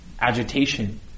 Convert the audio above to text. agitation